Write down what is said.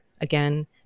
again